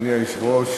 אדוני היושב-ראש,